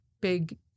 big